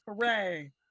hooray